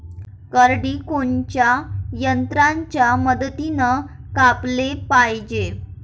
करडी कोनच्या यंत्राच्या मदतीनं कापाले पायजे?